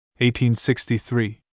1863